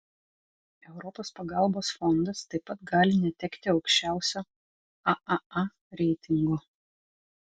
europos pagalbos fondas taip pat gali netekti aukščiausio aaa reitingo